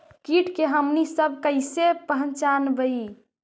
किट के हमनी सब कईसे पहचनबई?